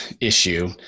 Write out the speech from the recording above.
issue